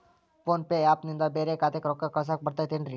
Phone pay app ನಿಂದ ಬ್ಯಾರೆ ಖಾತೆಕ್ ರೊಕ್ಕಾ ಕಳಸಾಕ್ ಬರತೈತೇನ್ರೇ?